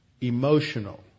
emotional